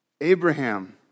Abraham